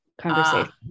Conversation